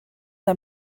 n’a